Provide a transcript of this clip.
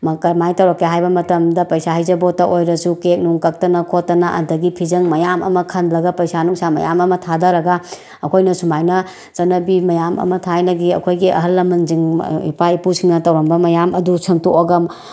ꯀꯃꯥꯏꯅ ꯇꯧꯔꯛꯀꯦ ꯍꯥꯏꯕ ꯃꯇꯝꯗ ꯄꯩꯁꯥ ꯍꯩꯖꯤꯡꯄꯣꯠꯇ ꯑꯣꯏꯔꯁꯨ ꯀꯣꯛ ꯅꯨꯡ ꯀꯛꯇꯅ ꯈꯣꯠꯇꯅ ꯑꯗꯒꯤ ꯐꯤꯖꯪ ꯃꯌꯥꯝ ꯑꯃ ꯈꯜꯂꯒ ꯄꯩꯁꯥ ꯅꯨꯡꯁꯥ ꯃꯌꯥꯝ ꯑꯃ ꯊꯥꯗꯔꯒ ꯑꯩꯈꯣꯏꯅ ꯁꯨꯃꯥꯏꯅ ꯆꯠꯅꯕꯤ ꯃꯌꯥꯝ ꯑꯃ ꯊꯥꯏꯅꯒꯤ ꯑꯩꯈꯣꯏꯒꯤ ꯑꯍꯜ ꯂꯃꯟꯁꯤꯡ ꯏꯄꯥ ꯏꯄꯨꯁꯤꯡꯅ ꯇꯧꯔꯝꯕ ꯃꯌꯥꯝ ꯑꯗꯨ ꯁꯦꯝꯗꯣꯛꯑꯒ